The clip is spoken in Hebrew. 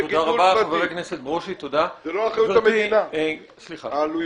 זה גידול פרטי ולא אחריות המדינה העלויות.